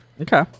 Okay